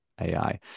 AI